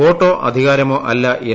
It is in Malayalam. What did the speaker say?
വോട്ടോ അധികാരമോ അല്ല എൻ